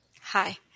Hi